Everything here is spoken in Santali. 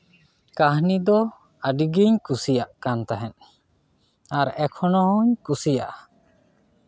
ᱠᱟᱹᱦᱱᱤ ᱫᱚ ᱟᱹᱰᱤᱜᱤᱧ ᱠᱩᱥᱤᱭᱟᱜ ᱠᱟᱱ ᱛᱟᱦᱮᱸᱫ ᱟᱨ ᱮᱠᱷᱚᱱ ᱦᱚᱧ ᱠᱩᱥᱤᱭᱟᱜᱼᱟ